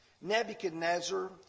Nebuchadnezzar